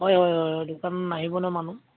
হয় হয় হয় হয় দোকান নাহিব নহয় মানুহ